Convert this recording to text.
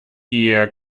ihr